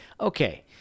okay